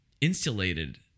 insulated